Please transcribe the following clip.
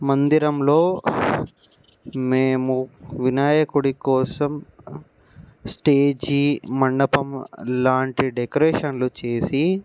మందిరంలో మేము వినాయకుడి కోసం స్టేజీ మండపం లాంటి డెకరేషన్లు చేసి